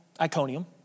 Iconium